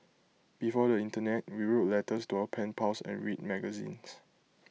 before the Internet we wrote letters to our pen pals and read magazines